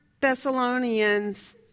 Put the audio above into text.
Thessalonians